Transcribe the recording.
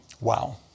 Wow